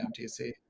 MTC